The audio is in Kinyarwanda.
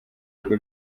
bigo